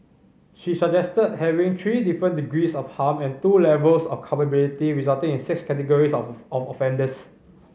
she suggested having three different degrees of harm and two levels of culpability resulting in six categories of offenders